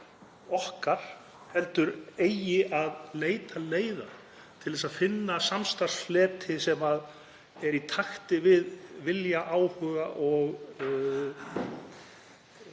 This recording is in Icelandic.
okkar heldur eigi að leita leiða til að finna samstarfsfleti sem eru í takt við vilja og